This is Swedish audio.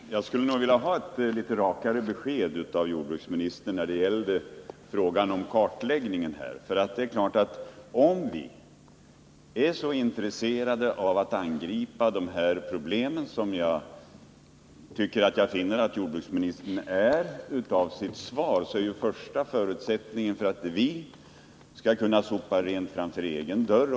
Herr talman! Jag skulle nog vilja ha ett litet rakare besked av jordbruksministern i fråga om kartläggningen. Det är klart att om vi är så intresserade av att angripa de här problemen som jag tycker mig finna att jordbruksministern tycks vara — av hans svar att döma — är ju den första förutsättningen för framgång att vi sopar rent framför egen dörr.